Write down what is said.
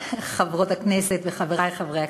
חברות הכנסת וחברי חברי הכנסת,